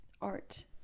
art